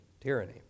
tyranny